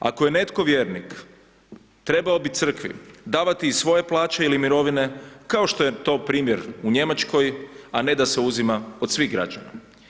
Ako je netko vjernik, trebao bi crkvi davati iz svoje plaće ili mirovine, kao što je to primjer u Njemačkoj, a ne da se uzima od svih građana.